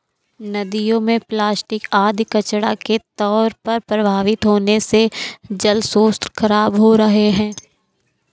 नदियों में प्लास्टिक आदि कचड़ा के तौर पर प्रवाहित होने से जलस्रोत खराब हो रहे हैं